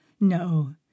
No